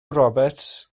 roberts